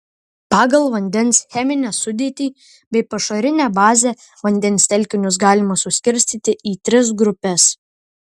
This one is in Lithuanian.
pagal vandens cheminę sudėtį bei pašarinę bazę vandens telkinius galima suskirstyti į tris grupes